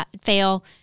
fail